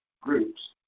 groups